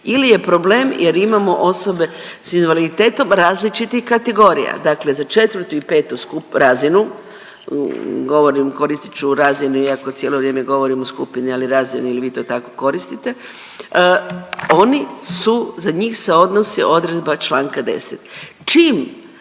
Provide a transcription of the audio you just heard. ili je problem jer imamo osobe s invaliditetom različitih kategorija. Dakle, za četvrtu i petu skup… razinu, govorim koristit ću razinu iako cijelo vrijeme govorim o skupini, ali razinu jer vi to tako koristite, oni su za njih se odnosi odredba Članka 10., čim